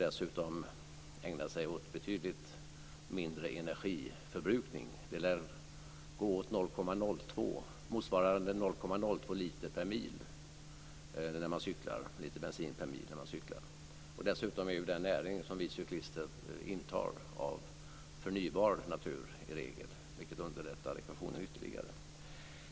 Dessutom ägnar man sig åt betydligt mindre energiförbrukning. Det lär gå åt motsvarande 0,02 liter bensin per mil när man cyklar. Dessutom är den näring som vi cyklister intar i regel av förnybar natur, vilket underlättar ekvationen ytterligare.